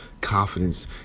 confidence